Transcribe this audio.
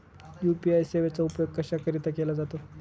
UPI सेवेचा उपयोग कशाकरीता केला जातो?